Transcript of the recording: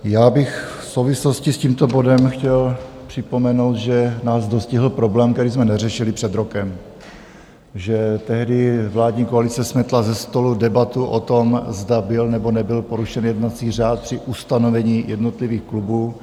Já bych v souvislosti s tímto bodem chtěl připomenout, že nás dostihl problém, který jsme neřešili před rokem, že tehdy vládní koalice smetla ze stolu debatu o tom, zda byl, nebo nebyl porušen jednací řád při ustanovení jednotlivých klubů.